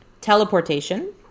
teleportation